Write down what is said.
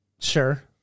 Sure